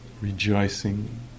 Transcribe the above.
rejoicing